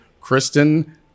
Kristen